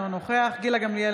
אינו נוכח גילה גמליאל,